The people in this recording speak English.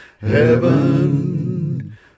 Heaven